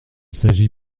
s’agit